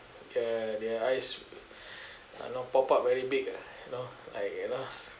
their their eyes uh you know pop up very big ah you know like you know